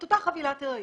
את אותה חבילת הריון.